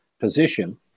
position